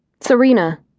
Serena